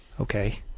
Okay